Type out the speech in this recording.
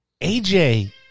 AJ